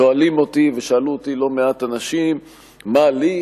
שואלים אותי ושאלו אותי לא מעט אנשים מה לי,